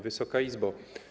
Wysoka Izbo!